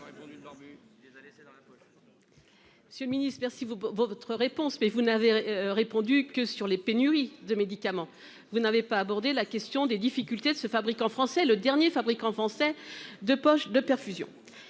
Monsieur le Ministre, merci vous votre réponse. Mais vous n'avez répondu que sur les pénuries de médicaments, vous n'avez pas aborder la question des difficultés de ce fabricant français le dernier fabricant français de poches de perfusion.